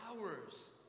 hours